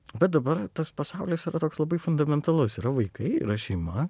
bet dabar tas pasaulis yra toks labai fundamentalus yra vaikai yra šeima